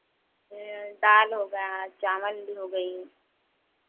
दाल हो गया चावल भी हो गई